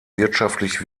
wirtschaftlich